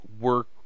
work